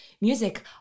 music